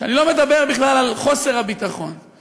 אני לא מדבר בכלל על חוסר הביטחון,